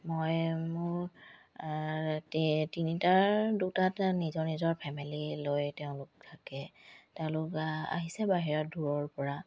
মই মোৰ তিনিটা দুটা নিজৰ নিজৰ ফেমিলি লৈ তেওঁলোক থাকে তেওঁলোক আহিছে বাহিৰত দূৰৰ পৰা